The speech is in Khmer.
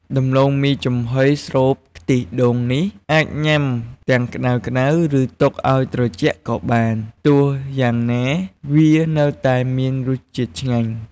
ដំឡូងមីចំហុយស្រូបខ្ទិះដូងនេះ អាចញ៉ាំទាំងក្ដៅៗ ឬទុកឲ្យត្រជាក់ក៏បាន ទោះយ៉ាងណា វានៅតែមានរសជាតិឆ្ងាញ់។